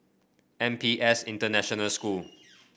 N P S International School